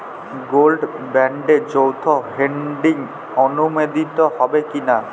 Gold বন্ডে যৌথ holding অনুমোদিত হবে কিনা?